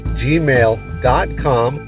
gmail.com